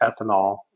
ethanol